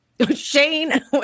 Shane